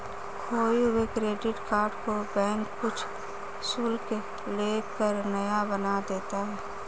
खोये हुए credit card को बैंक कुछ शुल्क ले कर नया बना देता है